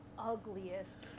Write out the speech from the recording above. ugliest